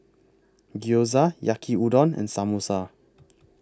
Gyoza Yaki Udon and Samosa